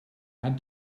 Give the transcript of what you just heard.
had